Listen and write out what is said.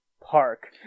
park